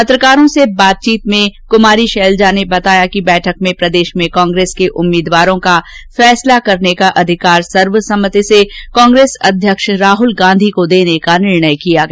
पत्रकारों से बातचीत में कुमारी शैलेजा ने बताया कि बैठक में प्रदेश में कांग्रेस के उम्मीदवारो का फैसला करने का अधिकार सर्वसम्मति से कांग्रेस अध्यक्ष राहुल गांधी को देने का निर्णय किया गया